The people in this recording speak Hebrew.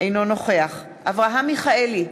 אינו נוכח אברהם מיכאלי,